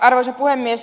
arvoisa puhemies